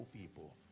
people